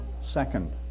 second